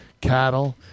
Cattle